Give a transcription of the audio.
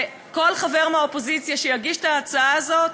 שכל חבר מהאופוזיציה שיגיש את ההצעה הזאת,